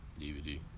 DVD